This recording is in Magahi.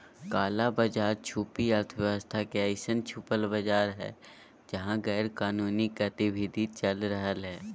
काला बाज़ार छुपी अर्थव्यवस्था के अइसन छुपल बाज़ार हइ जहा गैरकानूनी गतिविधि चल रहलय